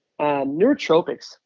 Neurotropics